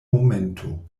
momento